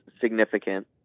significant